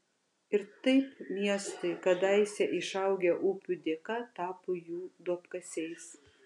ir taip miestai kadaise išaugę upių dėka tapo jų duobkasiais